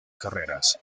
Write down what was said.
carreras